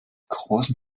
großen